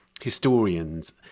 historians